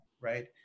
right